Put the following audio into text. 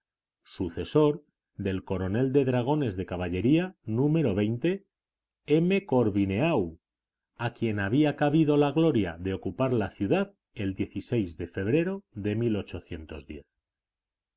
sucesor del coronel de dragones de caballería número m corvineau a quien había cabido la gloria de ocupar la ciudad el de febrero de